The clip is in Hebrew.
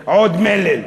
הן עוד מלל.